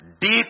deep